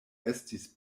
estis